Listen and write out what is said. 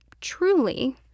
truly